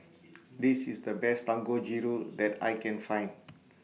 This IS The Best Dangojiru that I Can Find